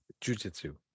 Jiu-Jitsu